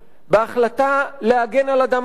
בהחלטה להגן על אדם אחר,